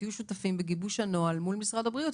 תהיו שותפים בגיבוש הנוהל מול משרד הבריאות,